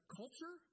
culture